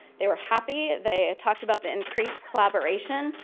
they were happy, they talked about the increased collaboration,